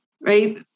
right